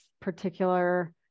particular